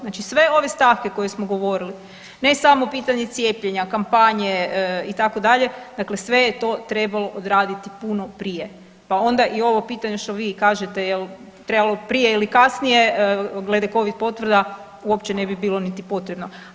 Znači sve ove stavke koje smo govorili, ne samo pitanje cijepljenja, kampanje, itd., dakle sve je to trebalo odraditi puno prije pa onda i ovo pitanje što vi kažete je li trebalo prije ili kasnije, glede Covid potvrda uopće ne bi bilo niti potrebno.